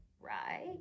right